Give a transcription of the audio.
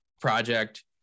project